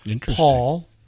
Paul